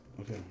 Okay